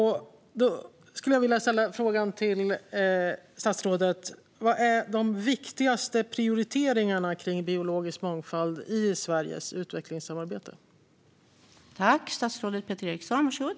Jag skulle vilja ställa frågan till statsrådet: Vilka är de viktigaste prioriteringarna i Sveriges utvecklingssamarbete vad gäller biologisk mångfald?